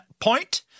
point